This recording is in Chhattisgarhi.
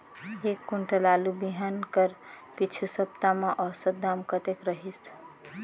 एक कुंटल आलू बिहान कर पिछू सप्ता म औसत दाम कतेक रहिस?